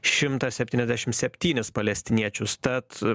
šimtą septyniasdešim septynis palestiniečius tad